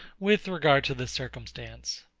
with regard to this circumstance.